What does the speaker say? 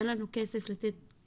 אין לנו כסף לתת.